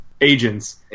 agents